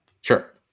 Sure